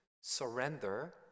surrender